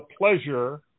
pleasure